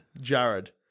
Jared